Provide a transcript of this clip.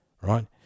right